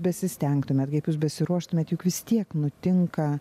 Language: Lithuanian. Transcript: besistengtumėt kaip jūs besiruoštumėt juk vis tiek nutinka